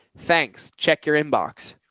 thanks. check your inbox.